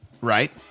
Right